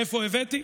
מאיפה הבאתי?